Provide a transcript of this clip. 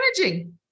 managing